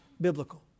biblical